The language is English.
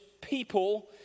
people